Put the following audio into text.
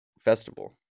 festival